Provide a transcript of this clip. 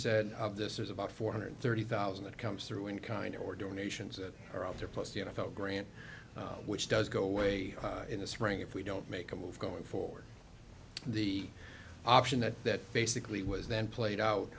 said of this is about four hundred thirty thousand that comes through in kind or donations that are out there plus the n f l grant which does go away in the spring if we don't make a move going forward the option that basically was then played out